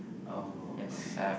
oh